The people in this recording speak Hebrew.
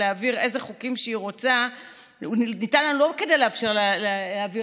להעביר איזה חוקים שהיא רוצה ניתן לנו לא כדי לאפשר לה להעביר